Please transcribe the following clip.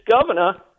governor